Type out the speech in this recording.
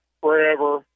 forever